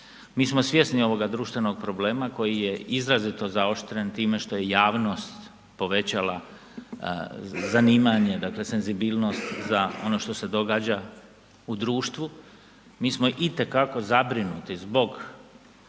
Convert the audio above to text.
Mi smo svjesni ovoga društvenog problema koji je izrazito zaoštren time što je javnost povećala zanimanje dakle senzibilnost za ono što se događa u društvu. Mi smo itekako zabrinuti zbog